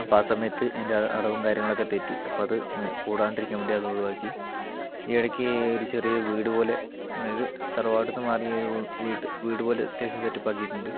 അപ്പോൾ ആ സമയത്ത് അതിൻ്റെ അടവും കാര്യങ്ങളൊക്കെ തെറ്റി അപ്പോൾ അത് കൂടാണ്ടിരിക്കാൻ വേണ്ടി അത് ഒഴിവാക്കി ഈ ഇടക്ക് ഒരു ചെറിയ വീടുപോലെ അതായത് തറവാടിന്ന് മാറി ഈ ഒരു വീട് വീട് പോലെ അത്യാവശ്യം സെറ്റ് അപ്പ് ആക്കീട്ടുണ്ട്